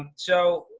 so,